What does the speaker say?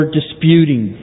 disputing